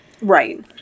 Right